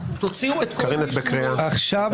את בכלל לא היית